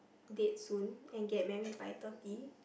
date soon and get married by thirty